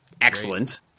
excellent